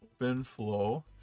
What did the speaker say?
OpenFlow